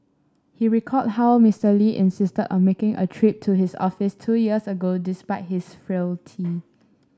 he recalled how Mister Lee insisted on making a trip to his office two years ago despite his frailty